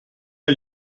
der